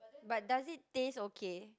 but does it taste okay